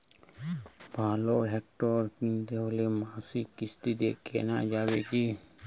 ভালো ট্রাক্টর কিনতে হলে মাসিক কিস্তিতে কেনা যাবে কি?